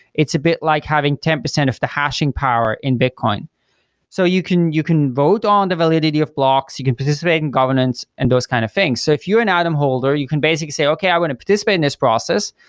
it's a bit like having ten percent of the hashing power in bitcoin so you can you can vote on the validity of blocks, you can participate in governance and those kind of things. so if you're an atom holder, you can basically say, okay, i want to participate in this process.